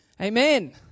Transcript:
amen